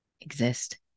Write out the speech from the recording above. exist